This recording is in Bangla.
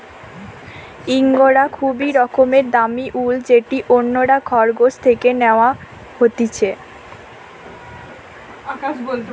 ইঙ্গরা খুবই রকমের দামি উল যেটি অন্যরা খরগোশ থেকে ন্যাওয়া হতিছে